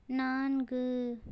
நான்கு